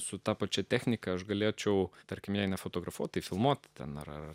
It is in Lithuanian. su ta pačia technika aš galėčiau turkmėnę fotografuoti filmuoti ar